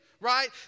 Right